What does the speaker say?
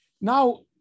Now